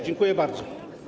Dziękuję bardzo.